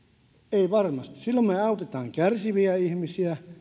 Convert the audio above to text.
ei varmasti silloin me autamme kärsiviä ihmisiä